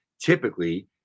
typically